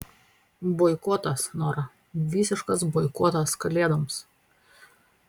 boikotas nora visiškas boikotas kalėdoms